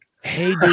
Hey